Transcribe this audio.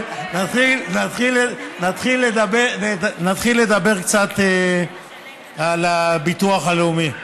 נתחיל לדבר קצת על הביטוח הלאומי.